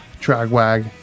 Dragwag